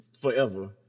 forever